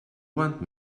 want